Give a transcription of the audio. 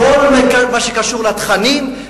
בכל מה שקשור לתכנים,